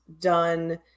done